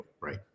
right